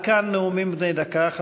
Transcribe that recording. עד כאן נאומים בני דקה.